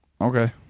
Okay